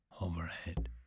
overhead